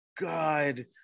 god